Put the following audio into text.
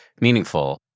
meaningful